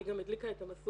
היא גם הדליקה את המשואה,